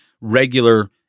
regular